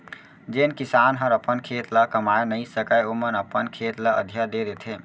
जेन किसान हर अपन खेत ल कमाए नइ सकय ओमन अपन खेत ल अधिया दे देथे